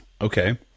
Okay